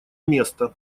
место